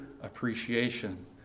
appreciation